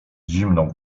zimną